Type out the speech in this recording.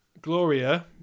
Gloria